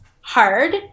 hard